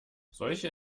solche